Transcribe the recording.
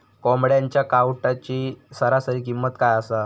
कोंबड्यांच्या कावटाची सरासरी किंमत काय असा?